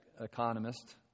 economist